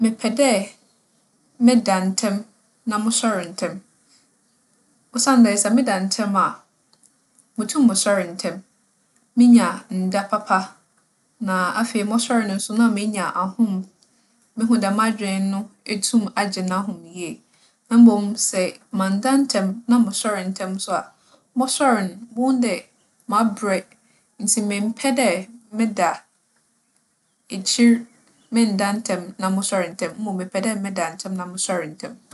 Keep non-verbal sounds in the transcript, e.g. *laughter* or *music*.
Mepɛ dɛ meda ntsɛm na mosoɛr ntsɛm. Osiandɛ sɛ meda ntsɛm a, mutum mosoɛr ntsɛm. Minya nda papa, na afei mͻsoɛr na so na menya ahom. Muhu dɛ m'adwen no etum agye n'ahom yie. Na mbom sɛ mannda ntsɛm na mosoɛr ntsɛm so a, mͻsoɛr no, ibohu dɛ maberɛ. *noise* Ntsi memmpɛ dɛ meda ekyir - mennda ntsɛm na mosoɛr ntsɛm mbom mepɛ dɛ meda ntsɛm na mosoɛr ntsɛm.